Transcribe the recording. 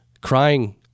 Crying